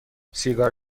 سیگار